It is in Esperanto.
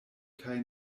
kaj